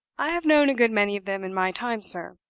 i have known a good many of them in my time, sir,